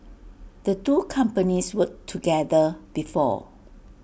the two companies worked together before